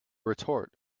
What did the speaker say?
retort